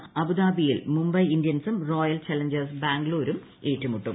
എല്ലിൽ ഇന്ന് അബുദാബിയിൽ മുംബൈ ഇന്ത്യൻസും റോയൽ ചലഞ്ചേഴ്സ് ബാംഗ്ലൂരും ഏറ്റുമുട്ടും